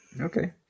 Okay